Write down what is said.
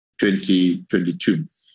2022